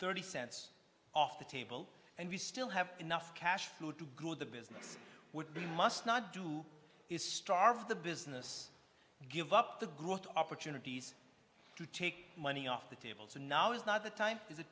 thirty cents off the table and we still have enough cash to do good the business would be must not do is starve the business give up the growth opportunities to take money off the tables and now is not the time is it